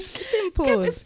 simple